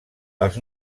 els